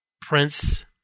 Prince